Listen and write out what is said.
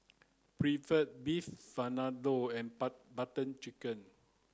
Pretzel Beef Vindaloo and Bar Butter Chicken